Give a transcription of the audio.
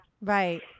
Right